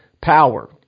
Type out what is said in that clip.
power